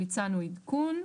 ביצענו עדכון.